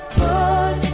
put